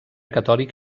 catòlic